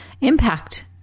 impact